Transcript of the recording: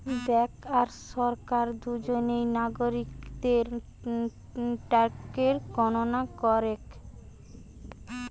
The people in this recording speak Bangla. বেঙ্ক আর সরকার দুজনেই নাগরিকদের ট্যাক্সের গণনা করেক